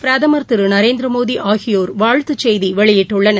பிரதமர் திரு நரேந்திரமோடி ஆகியோர் வாழ்த்துச் செய்தி வெளியிட்டுள்ளனர்